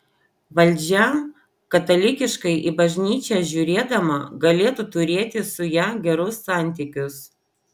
valdžia katalikiškai į bažnyčią žiūrėdama galėtų turėti su ja gerus santykius